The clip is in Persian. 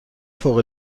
فوق